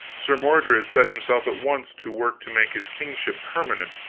sir mordred set himself at once to work to make his kingship permanent.